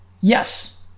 yes